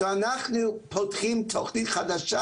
אז אנחנו פותחים חדשה,